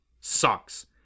Sucks